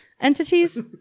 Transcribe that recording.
Entities